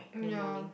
mm ya